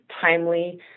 timely